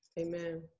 Amen